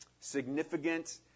significant